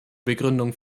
begründung